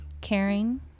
caring